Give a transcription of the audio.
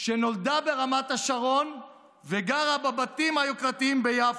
שנולדה ברמת השרון וגרה בבתים היוקרתיים ביפו,